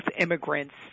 immigrants